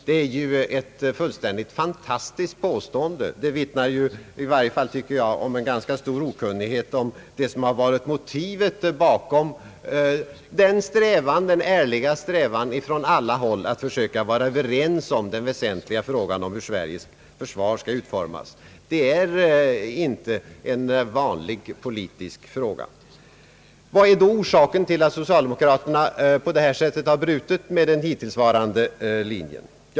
Det är ju ett fullständigt fantastiskt påstående och vittnar om en stor okunnighet om det som legat bakom den ärliga strävan från alla håll att försöka vara överens i den väsentliga frågan om hur Sveriges försvar skall utformas. Detta är ju inte en vanlig politisk fråga. Vad är då orsaken till att socialdemokraterna på detta sätt har brutit med den hittillsvarande linjen?